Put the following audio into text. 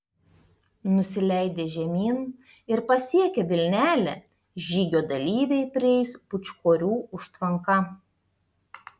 nusileidę žemyn ir pasiekę vilnelę žygio dalyviai prieis pūčkorių užtvanką